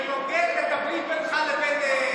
זה נוגד את הברית בינך לבין,